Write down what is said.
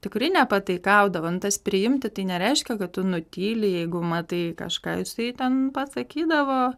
tikrai nepataikaudavo nu tas priimti tai nereiškia kad tu nutyli jeigu matai kažką jisai ten pasakydavo